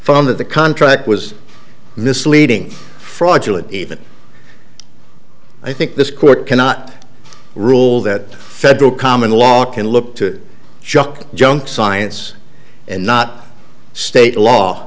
found that the contract was misleading fraudulent even i think this court cannot rule that federal common law can look to shuck junk science and not state law